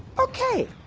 okay,